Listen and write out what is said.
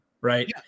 right